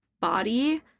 body